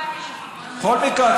בכל מקרה,